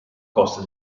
coste